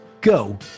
Go